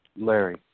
Larry